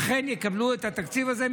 אכן יקבלו את התקציב הזה,